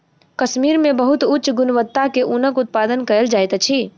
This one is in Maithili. कश्मीर मे बहुत उच्च गुणवत्ता के ऊनक उत्पादन कयल जाइत अछि